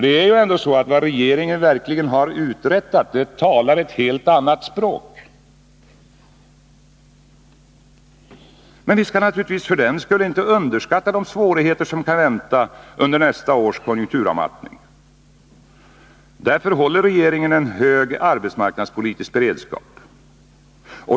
Det är ändå så att vad regeringen verkligen har uträttat talar ett helt annat språk. Vi skall naturligtvis för den skull inte underskatta de svårigheter som kan vänta under nästa års konjunkturavmattning. Därför håller regeringen en hög arbetsmarknadspolitisk beredskap.